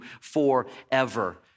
forever